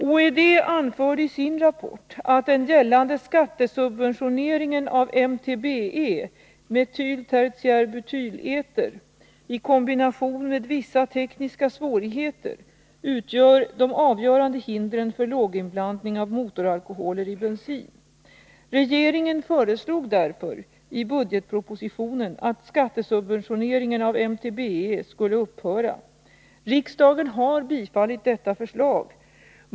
OED anförde i sin rapport att den gällande skattesubventioneringen av MTBE i kombination med vissa tekniska svårigheter utgör de avgörande hindren för låginblandning av motoralkoholer i bensin. Regeringen föreslog därför i budgetpropositionen att skattesubventioneringen av MTBE skulle upphöra. Riksdagen har bifallit detta förslag.